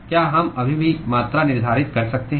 क्या हम अभी भी मात्रा निर्धारित कर सकते हैं